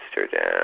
Amsterdam